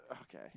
Okay